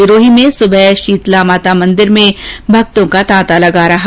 सिरोही में सुबह शीतला माता मंदिर में सुबह से भक्तों का तांता लगा रहा